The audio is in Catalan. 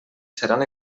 seran